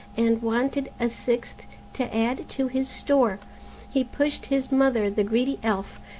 and wanted a sixth to add to his store he pushed his mother, the greedy elf,